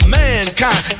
mankind